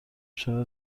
چرا